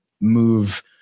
move